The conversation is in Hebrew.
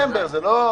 ה-24 זה סוף דצמבר.